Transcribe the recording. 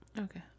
Okay